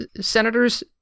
senator's